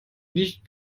nicht